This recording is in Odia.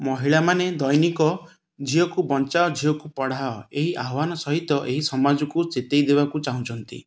ମହିଳାମାନେ ଦୈନିକ ଝିଅକୁ ବଞ୍ଚାଅ ଝିଅକୁ ପଢ଼ାଅ ଏହି ଆହ୍ଵାନ ସହିତ ଏହି ସମାଜକୁ ଚେତାଇ ଦେବାକୁ ଚାହୁଁଛନ୍ତି